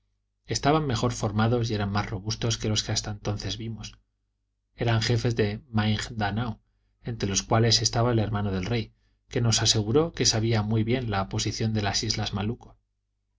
estaban mejor formados y eran más robustos que los que hasta entonces vimos eran jefes de maingdanao entre los cuales estaba el hermano del rey que nos aseguró que sabía muy bien la posición de las islas malucco